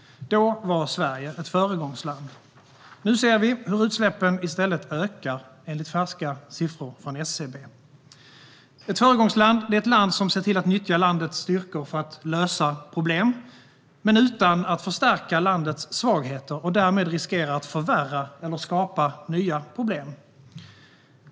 Då var Sverige ett föregångsland. Nu ser vi hur utsläppen i stället ökar, enligt färska siffror från SCB. Ett föregångsland är ett land som ser till att nyttja landets styrkor för att lösa problem, men utan att förstärka landets svagheter och därmed riskera att förvärra eller skapa nya problem.